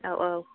औ औ